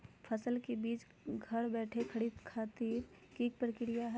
फसल के बीज घर बैठे खरीदे खातिर की प्रक्रिया हय?